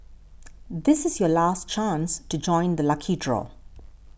this is your last chance to join the lucky draw